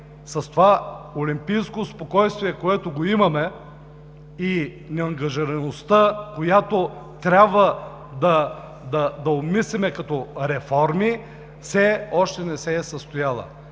С това олимпийско спокойствие, което имаме, и неангажираността, която трябва да обмислим като реформи – все още не се е състояла.